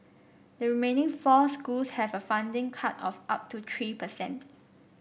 the remaining four schools have a funding cut of up to three percent